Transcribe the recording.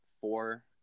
Four